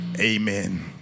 Amen